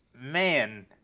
man